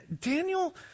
Daniel